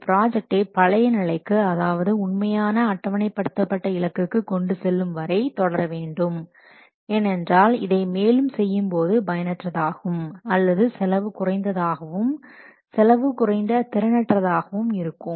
இது ப்ராஜெக்டை பழைய நிலைக்கு அதாவது உண்மையான அட்டவணைப்படுத்தப்பட்ட இலக்கிற்கு கொண்டு செல்லும் வரை தொடர வேண்டும் ஏனென்றால் இதை மேலும் செய்யும்போது பயனற்றதாகும் அல்லது செலவு குறைந்ததாகவும் செலவு குறைந்த திறன் அற்றதாகவும் இருக்கும்